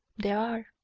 there are.